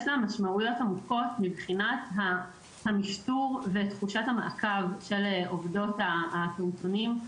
יש משמעויות עמוקות מבחינת המשטור ותחושת המעקב של עובדות הפעוטונים,